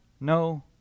no